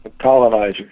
colonizers